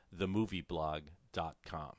themovieblog.com